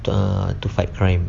err to fight crime